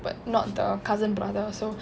but not the cousin brother so